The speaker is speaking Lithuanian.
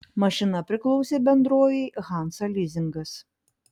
mašina priklausė bendrovei hansa lizingas